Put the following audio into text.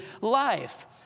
life